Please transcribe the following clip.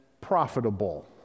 Profitable